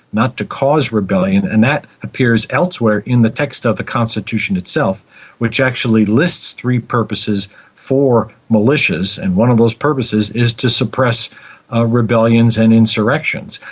not to cause rebellion, and that appears elsewhere in the text of the constitution itself which actually lists three purposes for militias, and one of those purposes is to suppress rebellions and insurrections.